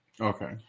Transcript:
Okay